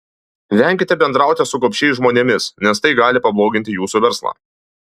venkite bendrauti su gobšiais žmonėmis nes tai gali pabloginti jūsų verslą